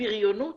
בריונות